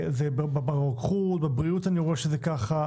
ברוקחות ובריאות אני רואה שזה כך.